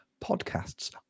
Podcasts